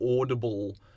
audible